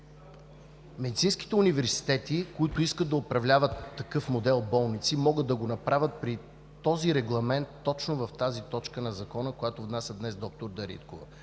Медицинските университети, които искат да управляват такъв модел болници, могат да го направят при този регламент точно в точката на Закона, която внася днес доктор Дариткова.